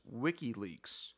WikiLeaks